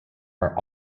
are